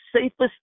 safest